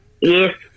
Yes